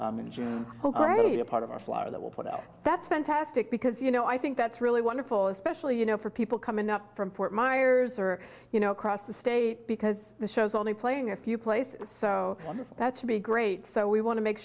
already a part of our flower that will put out that's fantastic because you know i think that's really wonderful especially you know for people coming up from fort myers or you know across the state because the show's only playing a few places so that's to be great so we want to make